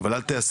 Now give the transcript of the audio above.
אבל אל תהסס,